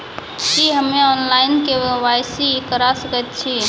की हम्मे online, KYC करा सकैत छी?